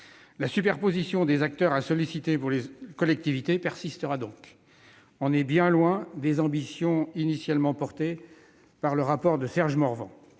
la superposition des acteurs à solliciter persistera donc. On est bien loin des ambitions initialement affichées par le rapport de Serge Morvan